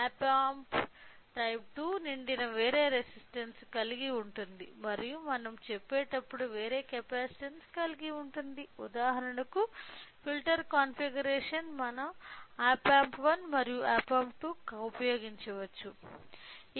ఆప్ amp type 2 నిండిన వేరే resistances ను కలిగి ఉంటుంది మరియు మనం చెప్పేటప్పుడు వేరే కెపాసిటెన్స్ కలిగి ఉంటుంది ఉదాహరణకు ఫిల్టర్ కాన్ఫిగరేషన్ మనం ఆప్ ఆంప్ 1 మరియు ఆప్ ఆంప్ 2 ను ఉపయోగించవచ్చు